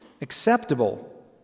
Acceptable